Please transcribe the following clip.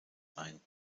ein